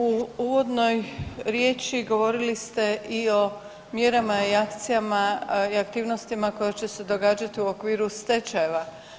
U uvodnoj riječi govorili ste i o mjerama i akcijama i aktivnostima koje će se događati u okviru stečajeva.